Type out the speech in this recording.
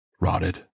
Rotted